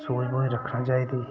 सूझ बूझ रक्खनी चाहिदी